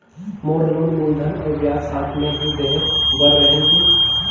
मोर loan मूलधन और ब्याज साथ मे ही देहे बार रेहेल की?